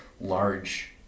large